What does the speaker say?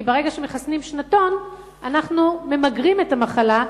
כי ברגע שמחסנים שנתון אנחנו ממגרים את המחלה.